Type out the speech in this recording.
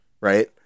right